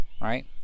right